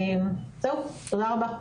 תודה רבה.